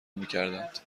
میکردند